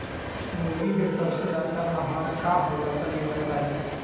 मुर्गी के सबसे अच्छा आहार का होला तनी बताई?